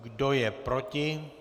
Kdo je proti?